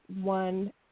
one